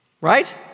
Right